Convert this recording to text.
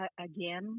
Again